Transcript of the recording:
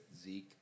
Zeke